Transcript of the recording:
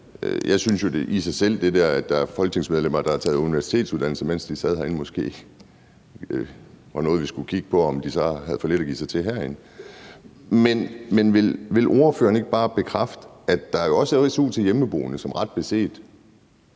Jeg synes jo i sig selv, at det, at der er folketingsmedlemmer, der har taget universitetsuddannelser, mens de har siddet herinde, måske var noget, vi skulle kigge på, i forhold til om de så havde for lidt at tage sig til herinde. Men vil ordføreren ikke bare bekræfte, at der jo også er su til hjemmeboende, som ret beset